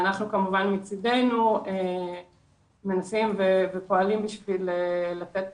אנחנו כמובן מצידנו מנסים ופועלים בשביל לתת